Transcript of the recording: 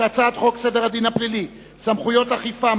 חוק סדר הדין הפלילי (סמכויות אכיפה,